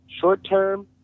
Short-term